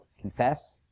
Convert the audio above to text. Confess